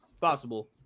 Possible